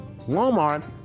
Walmart